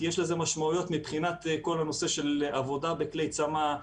כי יש לזה משמעויות מבחינת כל הנושא של עבודה בכלי צמ"ה,